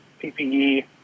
PPE